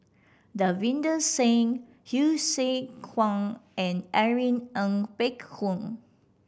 Davinder Singh Hsu Tse Kwang and Irene Ng Phek Hoong